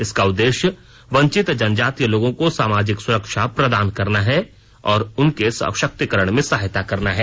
इसका उद्देश्य वंचित जनजातीय लोगों को सामाजिक सुरक्षा प्रदान करना है और उनके सशक्तीकरण में सहायता करना है